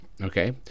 Okay